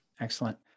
Excellent